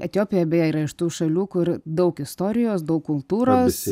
etiopija beje yra iš tų šalių kur daug istorijos daug kultūros